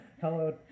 hello